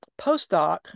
postdoc